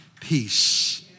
peace